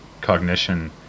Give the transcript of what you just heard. cognition